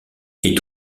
est